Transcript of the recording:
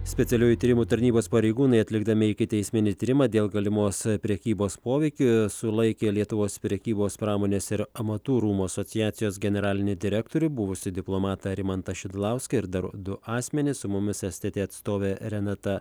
specialiųjų tyrimų tarnybos pareigūnai atlikdami ikiteisminį tyrimą dėl galimos prekybos poveikiu sulaikė lietuvos prekybos pramonės ir amatų rūmų asociacijos generalinį direktorių buvusį diplomatą rimantą šidlauską ir dar du asmenis su mumis stt atstovė renata